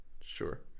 Sure